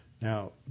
Now